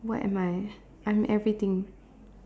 what am I I'm everything